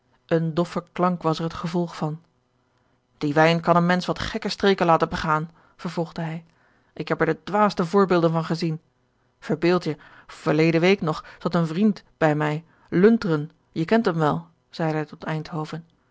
een doffe klank was er het gevolg van die wijn kan een mensch wat gekke streken laten begaan vervolgde hij ik heb er de dwaasste voorbeelden van gezien verbeeld je verleden week nog zat een vriend bij mij lunteren je kent hem wel zeide hij tot